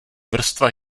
vrstva